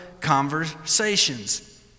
conversations